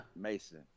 Mason